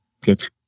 Good